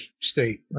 state